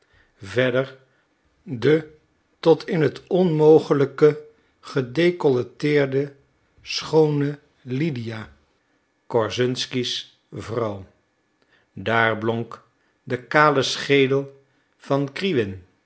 verder de tot in het onmogelijke gedecolleteerde schoone lydia korszunsky's vrouw daar blonk de kale schedel van kriwin